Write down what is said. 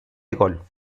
golf